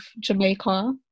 Jamaica